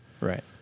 Right